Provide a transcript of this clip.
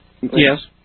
Yes